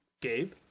Gabe